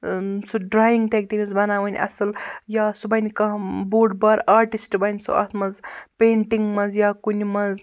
ٲں سُہ ڈرٛایِنٛگ تَگہِ تٔمِس بَناوٕنۍ اصٕل یا سُہ بَنہِ کانٛہہ بوٚڑ بارٕ آرٹِسٹ بَنہِ سُہ اَتھ مَنٛز پینٹِنٛگ مَنٛز یا کُنہِ مَنٛز